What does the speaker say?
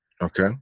Okay